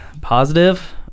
Positive